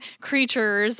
creatures